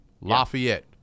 Lafayette